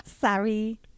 Sorry